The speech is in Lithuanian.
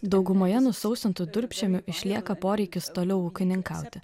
daugumoje nusausintų durpžemių išlieka poreikis toliau ūkininkauti